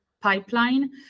pipeline